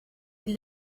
die